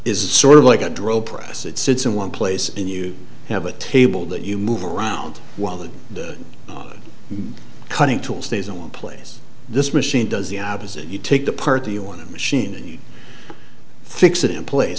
is sort of like a drill press it sits in one place and you have a table that you move around while the cutting tool stays in one place this machine does the opposite you take the party you want to machine and you fix it in place